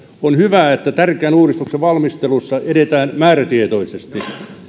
on hyvä että tärkeän uudistuksen valmistelussa edetään määrätietoisesti